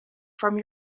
from